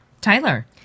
Tyler